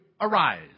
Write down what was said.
arise